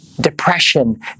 depression